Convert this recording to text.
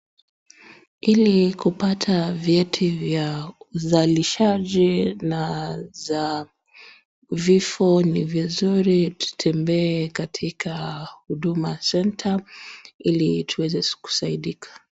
Ili kupata vyeti vya uzalishaji na za vifo ni vizuri tutembee katika Huduma Center ili tueze kusaidika.